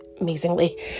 amazingly